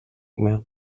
mehr